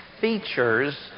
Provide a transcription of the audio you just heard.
features